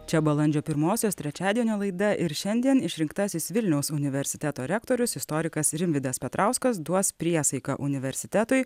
čia balandžio pirmosios trečiadienio laida ir šiandien išrinktasis vilniaus universiteto rektorius istorikas rimvydas petrauskas duos priesaiką universitetui